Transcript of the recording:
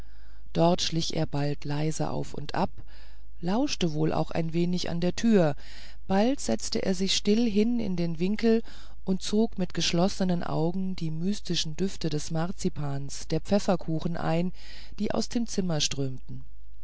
dort schlich er bald leise auf und ab lauschte auch wohl ein wenig an der türe bald setzte er sich still hin in den winkel und zog mit geschlossenen augen die mystischen düfte des marzipans der pfefferkuchen ein die aus dem zimmer strömten